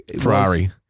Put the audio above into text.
Ferrari